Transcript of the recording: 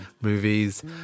movies